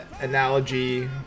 analogy